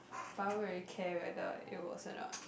but I don't really care whether it was or not